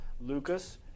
Lucas